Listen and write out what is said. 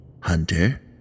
Hunter